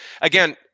again